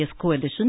coalition